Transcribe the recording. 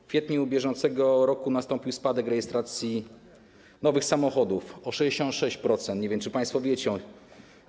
W kwietniu br. nastąpił spadek rejestracji nowych samochodów o 66%, nie wiem, czy państwo o tym wiecie.